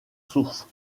sources